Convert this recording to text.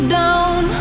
down